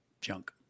junk